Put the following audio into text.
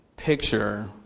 picture